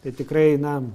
tai tikrai na